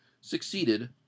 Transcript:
succeeded